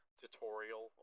tutorial